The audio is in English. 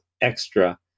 extra